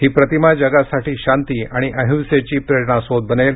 हि प्रतिमा जगासाठी शांती आणि अहिंसेची प्रेरणा स्रोत बनेल